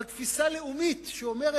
על תפיסה שאומרת: